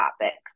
topics